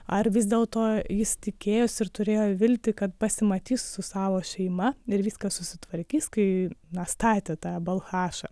ar vis dėlto jis tikėjosi ir turėjo viltį kad pasimatys su savo šeima ir viskas susitvarkys kai na statė tą balchašą